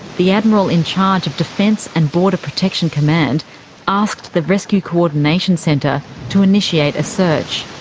the admiral in charge of defence and border protection command asked the rescue coordination centre to initiate a search.